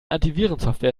antivirensoftware